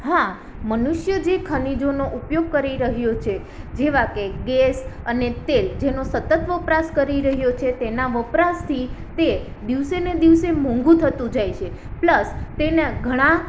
હા મનુષ્ય જે ખનીજોનો ઉપયોગ કરી રહ્યો છે જેવા કે ગેસ અને તેલ જેનો સતત વપરાશ કરી રહ્યો છે તેના વપરાશથી તે દિવસેને દિવસે મોંઘું થતું જાય છે પ્લસ તેના ઘણાં